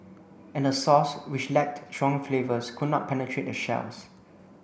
and the sauce which lacked strong flavours could not penetrate the shells